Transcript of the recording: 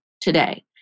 today